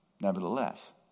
Nevertheless